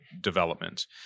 development